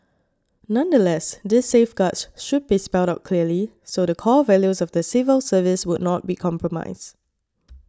nonetheless these safeguards should be spelled out clearly so the core values of the civil service would not be compromised